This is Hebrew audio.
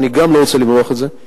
אני גם לא רוצה למרוח את זה,